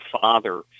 father